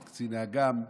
את קצין אג"מ בכותל,